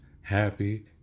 happy